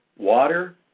water